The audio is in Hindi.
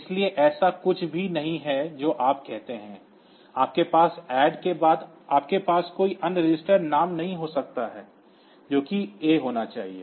इसलिए ऐसा कुछ भी नहीं है जो आप कहते हैं आपके पास ADD के बाद आपके पास कोई अन्य रजिस्टर नाम नहीं हो सकता है जो कि A होना चाहिए